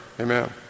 Amen